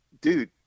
dude